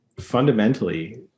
fundamentally